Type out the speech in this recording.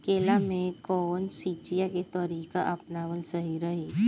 केला में कवन सिचीया के तरिका अपनावल सही रही?